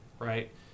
Right